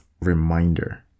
reminder